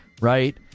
Right